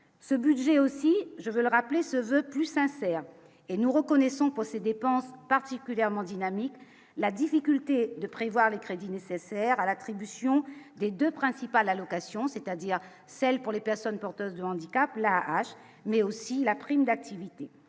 ce budget aussi, je veux le rappeler, se veut plus sincère et nous reconnaissons posséder pense particulièrement dynamique, la difficulté de prévoir les crédits nécessaires à l'attribution des 2 principales allocations c'est-à-dire celles pour les personnes porteuses de handicap la hache mais aussi la prime d'activité,